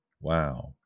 wow